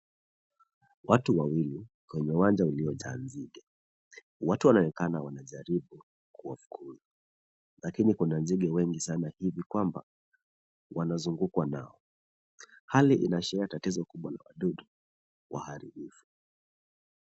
Watu wawili kwenye uwanja uliojaa nzige. Watu wanaonekana wanajaribu kuwafukuza lakini kuna nzige wengi sana hivi kwamba wanazungukwa nao. Hali inaashiria tatizo kubwa la wadudu waharibifu.